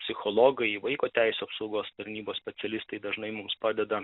psichologai vaiko teisių apsaugos tarnybos specialistai dažnai mums padeda